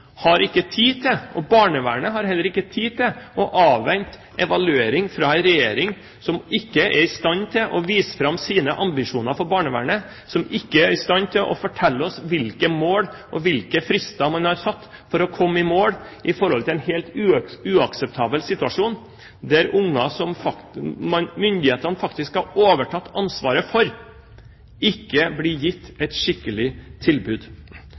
har ikke tid til, og barnevernet har heller ikke tid til, å avvente evaluering fra en regjering som ikke er i stand til å vise fram sine ambisjoner for barnevernet, som ikke er i stand til å fortelle oss hvilke mål og hvilke frister man har satt for å komme i mål i en helt uakseptabel situasjon, der barn som myndighetene har overtatt ansvaret for, ikke blir gitt et skikkelig tilbud.